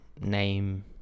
name